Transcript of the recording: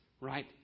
Right